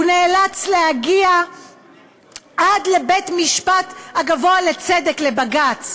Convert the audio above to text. הוא נאלץ להגיע עד לבית-המשפט הגבוה לצדק, לבג"ץ.